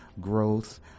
growth